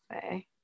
say